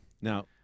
Now